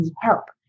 help